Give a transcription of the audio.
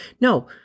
No